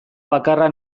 bakarra